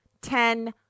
Ten